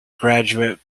graduate